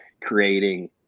creating